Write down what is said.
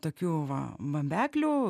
tokių va bambeklių